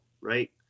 Right